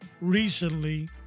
recently